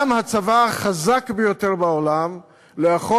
גם הצבא החזק ביותר בעולם לא יכול